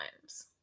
times